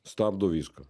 stabdo viską